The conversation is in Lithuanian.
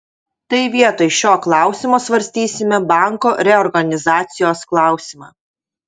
tai vietoj šio klausimo svarstysime banko reorganizacijos klausimą